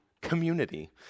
community